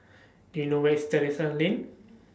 Do YOU know Where IS Terrasse Lane